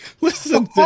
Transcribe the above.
Listen